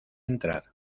entrar